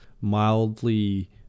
mildly